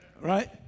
Right